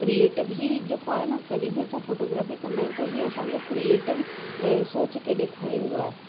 creative ही जेको आए न कढी बि असां फोटोग्राफी कंदा आहिनि त हीअ असांजे क्रिएटिव ऐं सोच खे ॾेखारींदो आहे